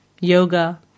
yoga